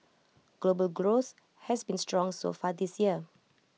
global growth has been strong so far this year